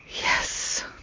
yes